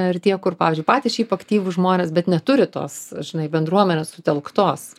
ir tie kur pavyzdžiui patys šiaip aktyvūs žmonės bet neturi tos žinai bendruomenės sutelktos